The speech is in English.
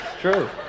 true